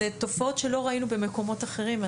אלה תופעות שלא ראינו בזמנים אחרים,